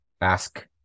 ask